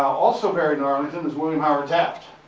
also buried in arlington is william howard taft.